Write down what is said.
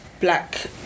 black